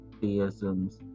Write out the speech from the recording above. theisms